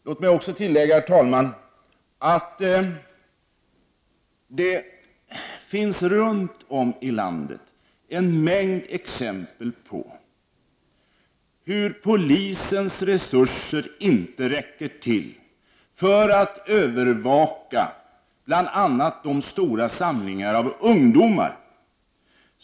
Låt mig även, herr talman, tillägga att det runt om i landet finns en mängd exempel på hur polisens resurser inte räcker till för att övervaka bl.a. stora samlingar av ungdomar.